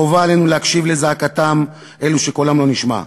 חובה עלינו להקשיב לזעקת אלו שקולם לא נשמע.